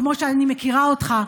כמו שאני מכירה אותך,